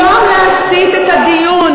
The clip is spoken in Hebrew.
במקום להסיט את הדיון